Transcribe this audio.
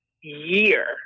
year